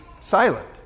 silent